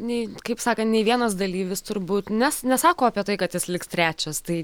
nei kaip sakant nei vienas dalyvis turbūt nes nesako apie tai kad jis liks trečias tai